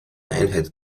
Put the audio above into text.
einheit